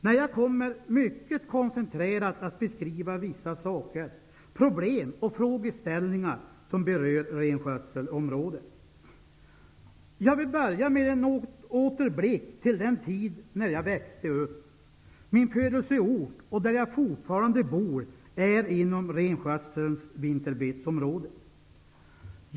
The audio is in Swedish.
Nej, jag kommer mycket koncentrerat att beskriva vissa saker, problem och frågeställningar som berör renskötselområdet. Jag vill börja med en återblick till den tid när jag växte upp. Min födelseort, där jag fortfarande bor, ligger inom renskötselns vinterbetesområde.